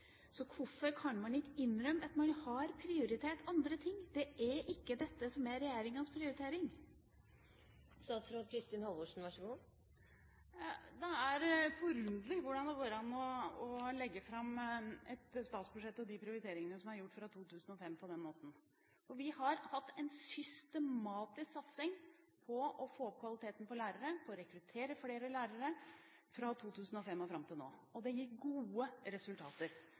dette som er regjeringas prioritering. Det er forunderlig hvordan det går an å legge fram et statsbudsjett og de prioriteringene som er gjort fra 2005, på den måten. Vi har hatt en systematisk satsing på å få opp kvaliteten på lærere, på å rekruttere flere lærere fra 2005 og fram til nå, og det har gitt gode resultater.